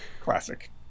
Classic